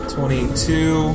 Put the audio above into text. Twenty-two